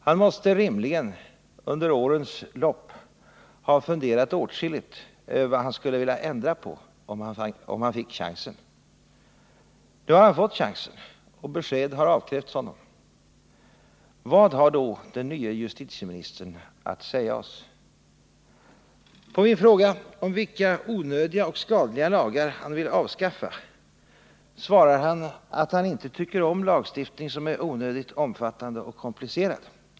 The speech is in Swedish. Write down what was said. Han måste rimligen under årens lopp ha funderat åtskilligt över vad han skulle vilja ändra på, om han fick chansen. Nu har han fått chansen, och besked har avkrävts honom. Vad har då den nye justitieministern att säga oss? På min fråga om vilka onödiga och skadliga lagar han vill avskaffa svarar han att han inte tycker om lagstiftning som är onödigt omfattande och komplicerad.